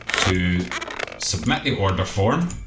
to submit the order form